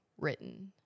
written